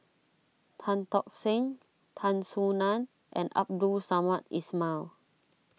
Tan Tock Seng Tan Soo Nan and Abdul Samad Ismail